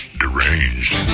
deranged